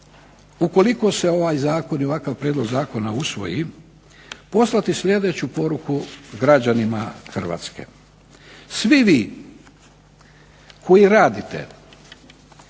ukoliko se ovaj zakon i ovakav prijedlog zakona usvoji, poslati sljedeću poruku građanima Hrvatske: svi vi koji radite